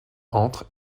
entre